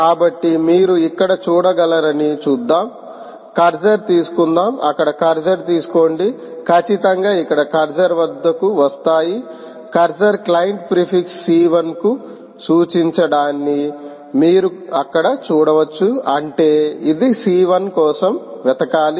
కాబట్టి మీరు ఇక్కడ చూడగలరని చూద్దాం కర్సర్ తీసుకుందాం అక్కడ కర్సర్ తీసుకోండి ఖచ్చితంగా ఇక్కడ కర్సర్ వద్దకు వస్తాయి కర్సర్ క్లయింట్ ప్రీఫిక్స C 1 కు సూచించడాన్ని మీరు అక్కడ చూడవచ్చు అంటే ఇది C 1 కోసం వెతకాలి